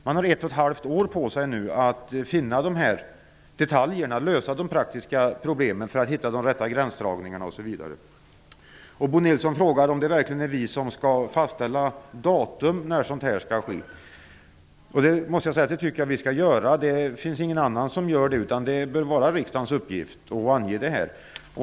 Man har nu ett och ett halvt år på sig att lösa de praktiska problemen, att hitta de rätta gränsdragningarna osv. Bo Nilsson frågade om det verkligen är vi som skall fastställa datum för när detta skall ske. Det tycker jag att vi skall göra, eftersom det inte finns någon annan som gör det. Det bör vara riksdagens uppgift att ange datum.